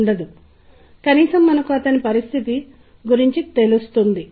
సంగీతం యొక్క కొన్ని అంశాలు సంగీతం అనేది మన సంస్కృతిలో చాలా ముఖ్యమైన అంశం